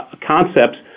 concepts